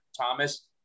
Thomas